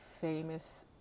famous